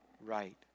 right